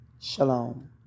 Shalom